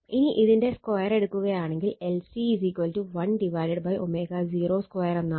ഇനി ഇതിന്റെ സ്ക്വയർ എടുക്കുകയാണെങ്കിൽ LC 1ω02 എന്നാവും